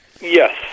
Yes